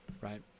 Right